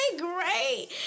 great